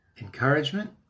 encouragement